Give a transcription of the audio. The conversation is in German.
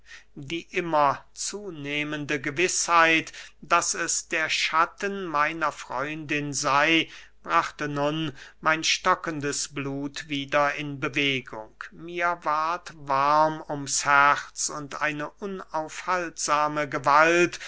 die immer zunehmende gewißheit daß es der schatten meiner freundin sey brachte nun mein stockendes blut wieder in bewegung mir ward warm ums herz und eine unaufhaltsame gewalt